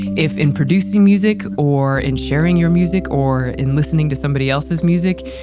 if in producing music or in sharing your music or in listening to somebody else's music,